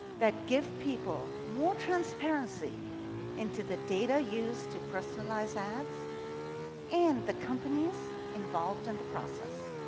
that give people more transparency into the data used to personalize ads and the companies involved in the process.